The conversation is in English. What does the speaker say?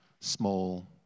small